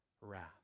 wrath